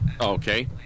Okay